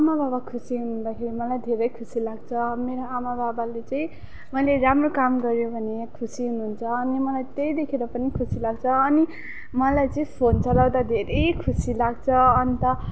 आमा बाबा खुसी हुनु हुँदाखेरि मलाई धेरै खुसी लाग्छ मेरो आमा बाबाले चाहिँ मैले राम्रो काम गऱ्यो भने खुसी हुनुहुन्छ अनि मलाई त्यही देखेर पनि खुसी लाग्छ अनि मलाई चाहिँ फोन चलाउँदा धेरै खुसी लाग्छ अन्त